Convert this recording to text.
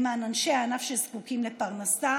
למען אנשי הענף שזקוקים לפרנסה,